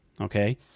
okay